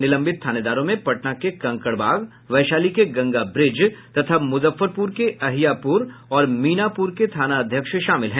निलंबित थानेदारों में पटना के कंकड़बाग वैशाली के गंगा ब्रिज तथा मुजफ्फरपुर के अहियापुर और मीनापुर के थानाध्यक्ष शामिल हैं